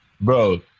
Bro